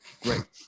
Great